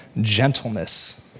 gentleness